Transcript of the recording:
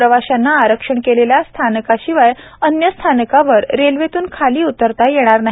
प्रवाशांना आरक्षण केलेल्या स्थानकाशिवाय अन्य स्थानकावर रेल्वेतून खाली उतरता येणार नाही